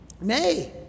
Nay